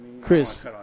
Chris